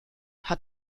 hat